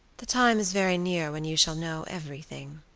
the time is very near when you shall know everything.